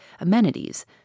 amenities